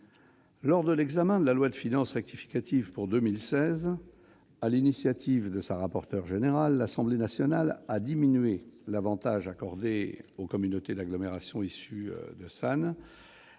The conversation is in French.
Lors de l'examen de la loi de finances rectificative pour 2016, sur l'initiative de sa rapporteure générale, l'Assemblée nationale a diminué l'avantage accordé aux communautés d'agglomération issues de SAN.